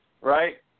Right